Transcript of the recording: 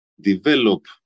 develop